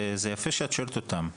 זה יפה שאת שואלת אותם.